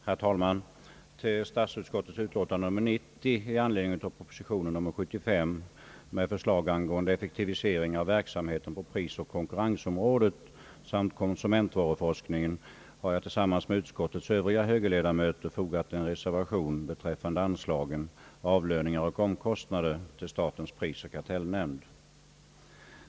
Herr talman! Till statsutskottets utlåtande nr 90 i anledning av proposition nr 75 med förslag angående effektivisering av verksamheten på prisoch konkurrensområdet samt konsumentvaruforskningen har jag tillsammans med utskottets övriga högerledamöter fogat en reservation beträffande anslagen till avlöningar och omkostnader till statens prisoch kartellnämnd.